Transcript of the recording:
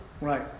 Right